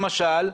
למשל,